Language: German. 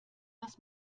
dass